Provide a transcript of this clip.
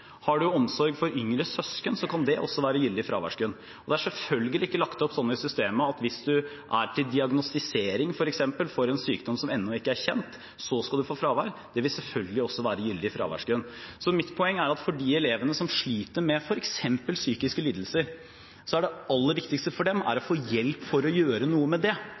Har du omsorg for yngre søsken, så kan det også være gyldig fraværsgrunn. Det er selvfølgelig ikke lagt opp slik i systemet at hvis du f.eks. er til diagnostisering for en sykdom som ennå ikke er kjent, så skal du få fravær. Det vil selvfølgelig også være gyldig fraværsgrunn. Mitt poeng er at for de elevene som sliter med f.eks. psykiske lidelser, er det aller viktigste å få hjelp til å gjøre noe med det.